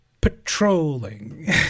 patrolling